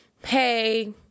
Hey